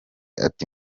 ati